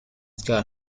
got